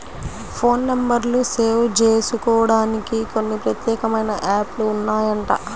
phone నెంబర్లు save జేసుకోడానికి కొన్ని ప్రత్యేకమైన యాప్ లు ఉన్నాయంట